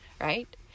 right